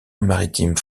maritime